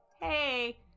Hey